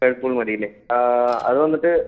Whirlpool മതിയല്ലേ അത് വന്നിട്ട്